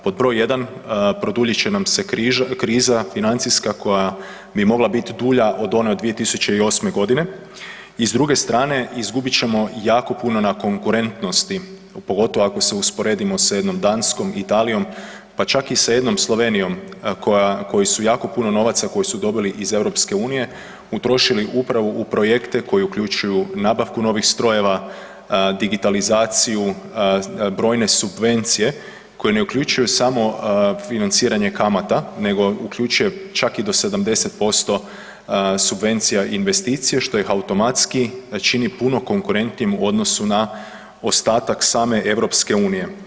Pod broj 1 produljit će nam se kriza financijska koja bi mogla biti dulja od one u 2008.g. i s druge strane izgubit ćemo jako puno na konkurentnosti, pogotovo ako se usporedimo sa jednom Danskom, Italijom pa čak i sa jednom Slovenijom koji su jako puno novaca koji su dobili iz EU utrošili upravo u projekte koji uključuju nabavku novih strojeva, digitalizaciju, brojne subvencije koje ne uključuju samo financiranje kamata nego uključuje čak i do 70% subvencija investicija što ih automatski čini puno konkurentnim u odnosu na ostatak same EU.